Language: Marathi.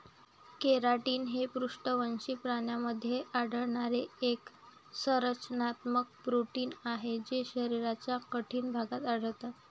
केराटिन हे पृष्ठवंशी प्राण्यांमध्ये आढळणारे एक संरचनात्मक प्रोटीन आहे जे शरीराच्या कठीण भागात आढळतात